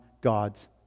God's